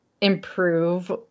improve